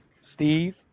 Steve